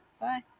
Bye